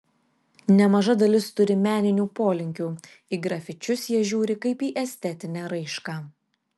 nemaža dalis turi meninių polinkių į grafičius jie žiūri kaip į estetinę raišką